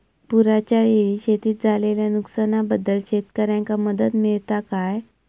पुराच्यायेळी शेतीत झालेल्या नुकसनाबद्दल शेतकऱ्यांका मदत मिळता काय?